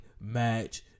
Match